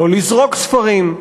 לא לזרוק ספרים.